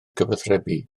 cyfathrebu